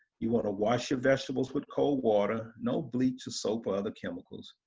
you wanna wash your vegetables with cold water, no bleach, or soap, or other chemicals.